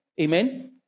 Amen